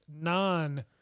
non